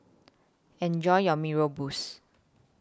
Enjoy your Mee Rebus